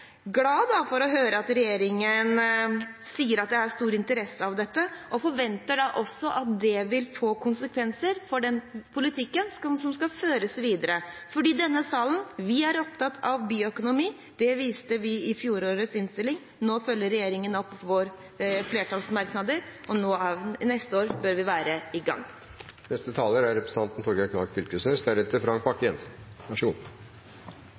stor interesse for dette, og forventer da også at det vil få konsekvenser for den politikken som skal føres videre, for vi i denne salen er opptatt av bioøkonomi. Det viste vi i fjorårets innstilling. Nå følger regjeringen opp våre flertallsmerknader, og til neste år bør vi være i gang. Denne debatten synest eg har illustrert at det er